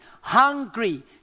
Hungry